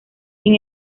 sin